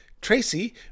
Tracy